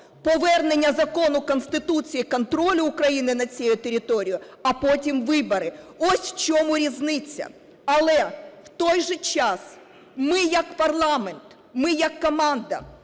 повернення закону, Конституції, контролю України над цією територією, а потім вибори. Ось в чому різниця. Але в той же час ми як парламент, ми як команда